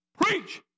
Preach